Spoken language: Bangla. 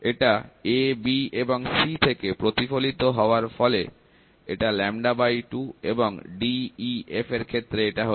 এটা a b এবং c থেকে প্রতিফলিত হওয়ার ফলে এটা λ2 এবং d e f এর ক্ষেত্রে এটা হল